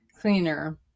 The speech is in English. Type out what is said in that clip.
cleaner